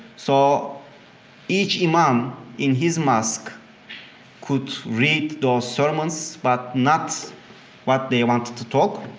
so each imam in his mosque could read those sermons, but not what they wanted to talk